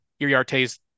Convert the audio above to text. Iriarte's